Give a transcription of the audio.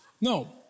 No